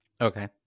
Okay